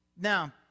Now